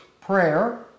prayer